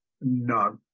No